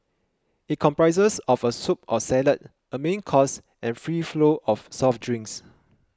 it comprises of a soup or salad a main course and free flow of soft drinks